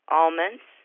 almonds